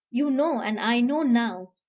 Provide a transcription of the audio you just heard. you know, and i know now,